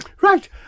Right